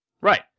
Right